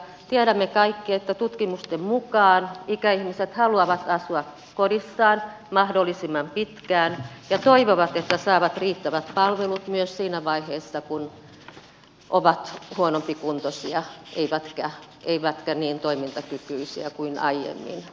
tiedämme kaikki että tutkimusten mukaan ikäihmiset haluavat asua kodissaan mahdollisimman pitkään ja toivovat että saavat riittävät palvelut myös siinä vaiheessa kun ovat huonompikuntoisia eivätkä niin toimintakykyisiä kuin aiemmin